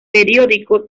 periódico